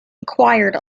acquired